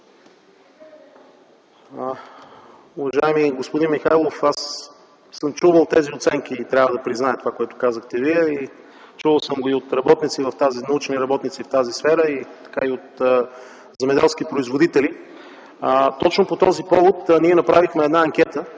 Уважаеми господин Михайлов, аз съм чувал тези оценки – трябва да призная това, което казахте Вие. Чувал съм го и от научни работници в тази сфера, и от земеделски производители. Точно по този повод ние направихме една анкета,